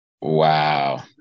wow